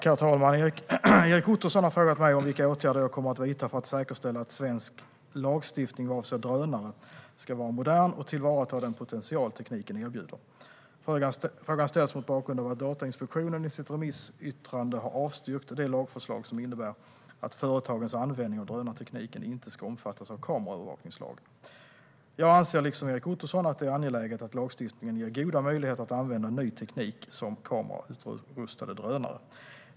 Herr talman! Erik Ottoson har frågat mig vilka åtgärder jag kommer att vidta för att säkerställa att svensk lagstiftning vad avser drönare ska vara modern och tillvarata den potential tekniken erbjuder. Frågan ställs mot bakgrund av att Datainspektionen i sitt remissyttrande har avstyrkt det lagförslag som innebär att företagens användning av drönartekniken inte ska omfattas av kameraövervakningslagen. Jag anser liksom Erik Ottoson att det är angeläget att lagstiftningen ger goda möjligheter att använda ny teknik som kamerautrustade drönare.